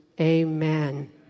Amen